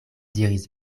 diris